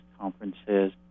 conferences